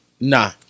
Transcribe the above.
Nah